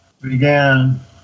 began